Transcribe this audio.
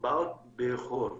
באה באיחור.